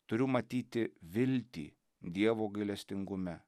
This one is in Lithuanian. turiu matyti viltį dievo gailestingume